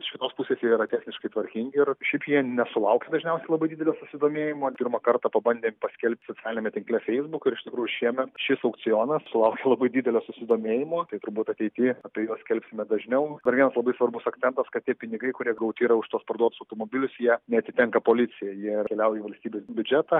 iš vienos pusės jie yra techniškai tvarkingi ir šiaip jie nesulaukia dažniausiai labai didelio susidomėjimo pirmą kartą pabandėm paskelbti socialiniame tinkle feisbuk ir iš tikrųjų šiemet šis aukcionas sulaukė labai didelio susidomėjimo tai turbūt ateity apie juos skelbsime dažniau dar vienas labai svarbus akcentas kad tie pinigai kurie gauti yra už tuos parduotus automobilius jie neatitenka policijai jie keliauja valstybės biudžetą